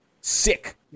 Sick